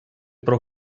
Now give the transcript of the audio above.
про